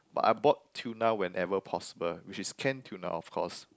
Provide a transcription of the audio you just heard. but I bought tuna whenever possible which is canned tuna of course